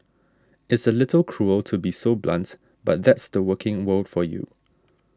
it's a little cruel to be so blunt but that's the working world for you